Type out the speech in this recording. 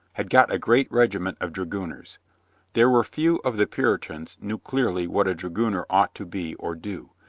had got a great regiment of dragooners. there were few of the puritans knew clearly what a dragooner ought to be or do.